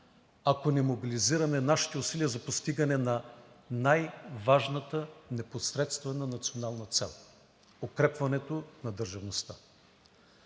ако не мобилизираме нашите усилия за постигане на най-важната непосредствена национална цел – укрепването на държавността.